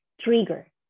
trigger